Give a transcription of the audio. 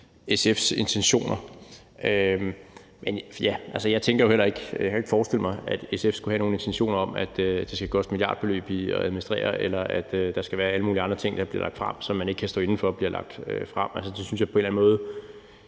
SF's intentioner. Jeg kan jo ikke forestille mig, at SF skulle have nogen intentioner om, at det skal koste milliardbeløb at administrere, eller at der skal være alle mulige andre ting, der bliver lagt frem, som man ikke kan stå inde for bliver lagt frem. Det synes jeg på en eller anden måde